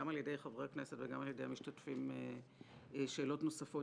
גם על-ידי חברי הכנסת וגם על-ידי המשתתפים שאלות נוספות,